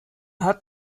hat